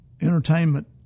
Entertainment